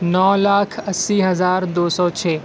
نو لاکھ اسی ہزار دو سو چھ